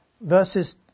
Verses